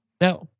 No